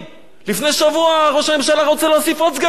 לפני שבוע ראש הממשלה רצה להוסיף עוד סגני שרים.